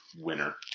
winner